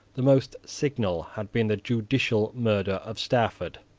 the most signal had been the judicial murder of stafford.